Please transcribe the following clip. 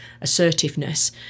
assertiveness